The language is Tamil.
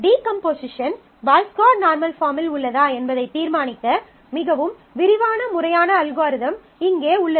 டீகம்போசிஷன் பாய்ஸ் கோட் நார்மல் பாஃர்மில் உள்ளதா என்பதைத் தீர்மானிக்க மிகவும் விரிவான முறையான அல்காரிதம் இங்கே உள்ளது